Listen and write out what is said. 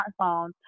smartphones